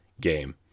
game